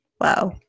Wow